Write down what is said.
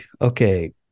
okay